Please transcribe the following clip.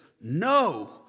No